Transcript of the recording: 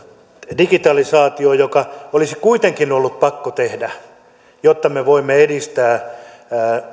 digitalisaatio olisi kuitenkin ollut pakko tehdä jotta me voimme edistää